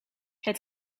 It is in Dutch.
het